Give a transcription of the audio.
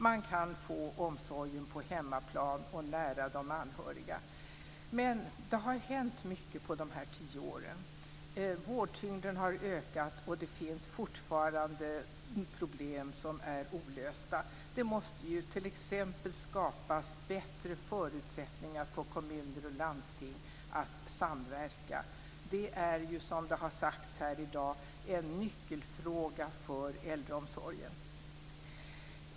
Det går att få omsorgen på hemmaplan och nära de anhöriga. Men, det har hänt mycket under de tio åren. Vårdtyngden har ökat, och det finns fortfarande problem som är olösta. Det måste t.ex. skapas bättre förutsättningar för kommuner och landsting att samverka. Det är en nyckelfråga för äldreomsorgen.